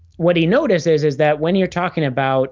what he notices is that when you're talking about